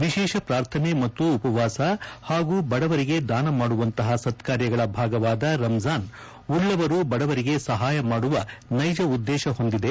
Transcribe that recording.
ವಿಶೇಷ ಪ್ರಾರ್ಥನೆ ಮತ್ತು ಉಪವಾಸ ಹಾಗೂ ಬಡವರಿಗೆ ದಾನ ಮಾದುವಂತಹ ಸತ್ಕಾರ್ಯಗಳ ಭಾಗವಾದ ರಂಜಾನ್ ಉಳ್ಳವರು ಬಡವರಿಗೆ ಸಹಾಯ ಮಾಡುವ ನೈಜ ಉದ್ದೇಶ ಹೊಂದಿದೆ